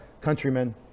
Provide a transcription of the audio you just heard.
countrymen